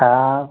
हाँ